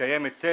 שמתקיים היצף